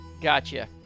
Gotcha